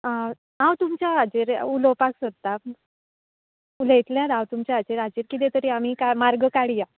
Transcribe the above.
हांव तुमच्या हाजेर उलोवपाक सोदता उलयतलेंच हांव तुमच्या हाचेर हाचेर कितें तरी आमी का मार्ग काडयां